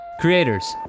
Creators